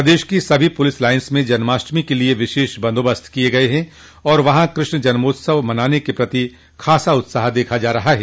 प्रदेश के सभी police lines में जन्माष्टमी के लिये विशेष बंदोबस्त किये गये हैं और वहां कृष्ण जन्मोत्सव मनाने के प्रति ख़ासा उत्साह देखा जा रहा है